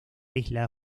isla